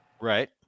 right